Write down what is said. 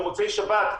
במוצאי-שבת,